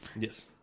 Yes